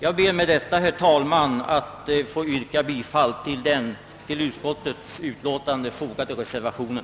Herr talman! Jag ber att få yrka bifall till den vid utlåtandet fogade reservationen.